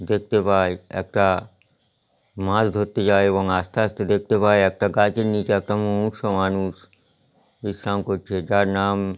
দেখতে পায় একটা মাছ ধরতে যায় এবং আসতে আসতে দেখতে পায় একটা গাছের নিচে একটা মুমূর্ষু মানুষ বিশ্রাম করছে যার নাম